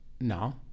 No